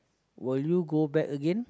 will you go back again